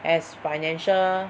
as financial